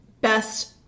Best